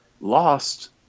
Lost